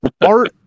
Art